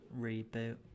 reboot